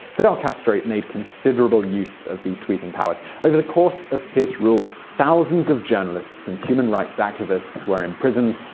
fidel castro made considerable use of these sweeping powers. over the course of his rule thousands of journalists and human rights activists were imprisoned,